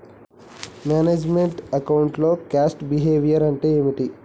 Manage meant account లో cost behaviour అంటే ఏమిటి?